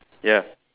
ya